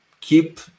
keep